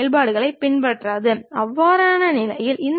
அந்தப் பொருளின் எறியமானது கிடைமட்ட தளத்தில் பதியப்படுகிறது